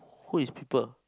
who is people